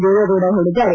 ದೇವೇಗೌಡ ಹೇಳಿದ್ದಾರೆ